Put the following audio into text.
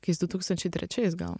kokiais du tūkstančiai trečiais gal